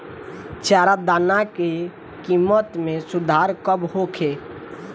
चारा दाना के किमत में सुधार कब होखे?